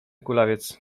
kulawiec